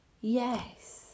Yes